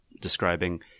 describing